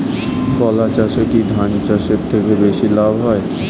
কলা চাষে কী ধান চাষের থেকে বেশী লাভ হয়?